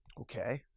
Okay